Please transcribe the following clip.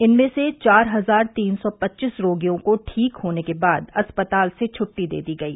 इनमें से चार हजार तीन सौ पच्चीस रोगियों को ठीक होने के बाद अस्पताल से छुट्टी दे दी गई